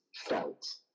felt